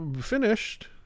finished